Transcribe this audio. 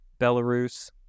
Belarus